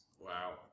Wow